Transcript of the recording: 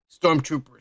stormtroopers